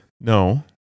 No